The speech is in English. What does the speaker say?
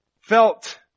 felt